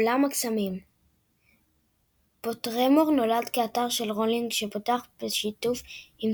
עולם הקסמים פוטרמור נולד כאתר של רולינג שפותח בשיתוף עם